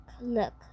look